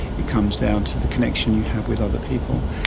it comes down to the connection you have with other people.